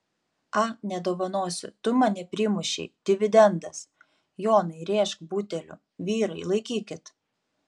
a nedovanosiu tu mane primušei dividendas jonai rėžk buteliu vyrai laikykit